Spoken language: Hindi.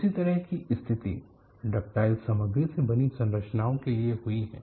इसी तरह की स्थिति डक्टाइल सामग्रियों से बनी संरचनाओं के लिए हुई है